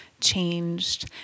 changed